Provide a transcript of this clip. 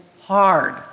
hard